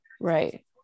Right